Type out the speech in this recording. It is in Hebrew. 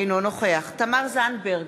אינו נוכח תמר זנדברג,